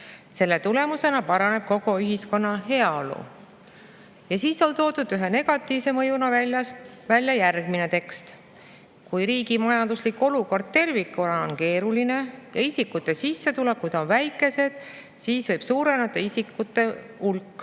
Selle tulemusena paraneb kogu ühiskonna heaolu." Ja siis on toodud ühe negatiivse mõjuna välja järgmine tekst: "Kui riigi majanduslik olukord tervikuna on keeruline ja isikute sissetulekud on väikesed, siis võib suureneda isikute hulk,